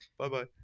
bye-bye